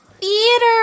theater